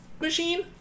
machine